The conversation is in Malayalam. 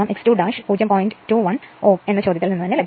21 ഒഹ്മ് എന്നും ചോദ്യത്തിൽ നിന്ന് തന്നെ ലഭിക്കുന്നു